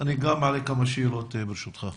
אני גם אעלה כמה שאלות ברשותך.